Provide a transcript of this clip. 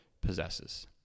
possesses